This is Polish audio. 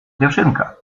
dziewczynka